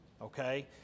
Okay